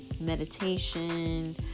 meditation